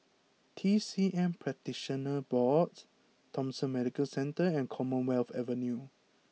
T C M Practitioners Board Thomson Medical Centre and Commonwealth Avenue